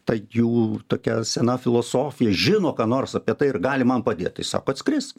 ta jų tokia sena filosofija žino ką nors apie tai ir gali man padėti sauko atskrisk